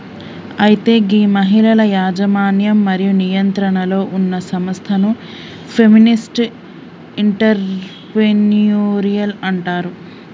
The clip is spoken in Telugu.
అయితే గీ మహిళల యజమన్యం మరియు నియంత్రణలో ఉన్న సంస్థలను ఫెమినిస్ట్ ఎంటర్ప్రెన్యూరిల్ అంటారు